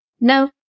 No